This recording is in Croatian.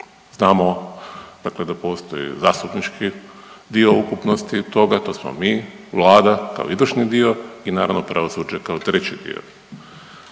dakle da postoji zastupnički dio ukupnosti toga, to smo mi, Vlada kao izvršni dio i naravno pravosuđe kao treći dio.